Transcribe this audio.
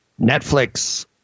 Netflix